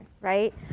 right